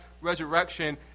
resurrection